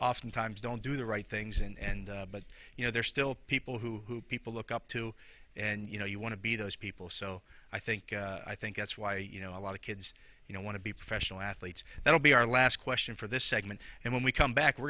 oftentimes don't do the right things and but you know there are still people who who people look up to and you know you want to be those people so i think i think that's why you know a lot of kids you know want to be professional athletes that will be our last question for this segment and when we come